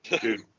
Dude